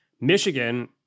Michigan